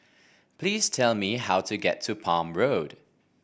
please tell me how to get to Palm Road